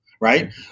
right